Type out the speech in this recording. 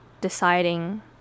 deciding